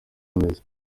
bimeze